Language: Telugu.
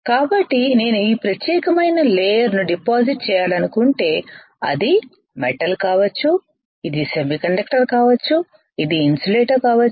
కాబట్టి నేను ఈ ప్రత్యేకమైన లేయర్ ను డిపాజిట్ చేయాలనుకుంటే అది మెటల్ కావచ్చు ఇది సెమీకండక్టర్ కావచ్చు ఇది ఇన్సులేటర్ కావచ్చు